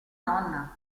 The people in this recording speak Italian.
nonna